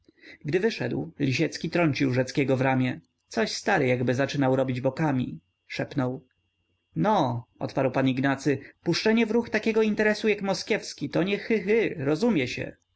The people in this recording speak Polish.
gdy wyszedł lisiecki trącił rzeckiego w ramię coś stary jakby zaczynał robić bokami szepnął no odparł pan ignacy puszczenie w ruch takiego interesu jak moskiewski to nie chy chy rozumie się